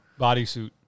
bodysuit